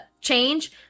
change